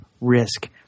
Risk